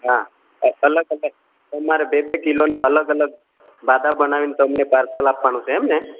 હા અલગ અલગ તમારે બે બે કિલોના અલગ અલગ બાદા બનાવીને તમને પાર્સલ આપવાનું છે એમને